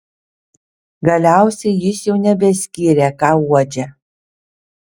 galiausiai jis jau nebeskyrė ką uodžia